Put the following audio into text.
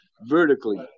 vertically